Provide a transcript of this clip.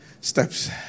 steps